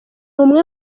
umwe